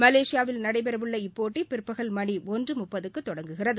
மலேசியாவில் நடைபெறவுள்ள இப்போட்டிபிற்பகல் மணிஒன்றுமுப்பதுக்குதொடங்குகிறது